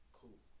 cool